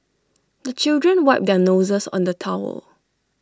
the children wipe their noses on the towel